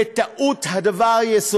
הדבר בטעות יסודו.